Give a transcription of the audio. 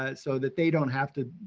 ah so that they don't have to